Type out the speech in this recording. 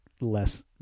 less